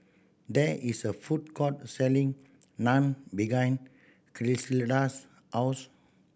there is a food court selling Naan behind Griselda's house